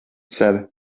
ser